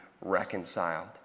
reconciled